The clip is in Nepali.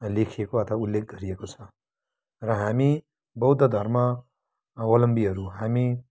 लेखिएको अथवा उल्लेख गरिएको छ र हामी बौद्ध धर्मावलम्बीहरू हामी